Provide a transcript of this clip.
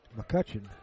McCutcheon